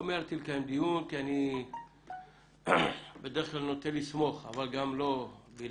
לא מיהרתי לקיים דיון כי אני בדרך כלל נוטה לסמוך אבל גם לא בלעדית,